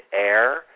air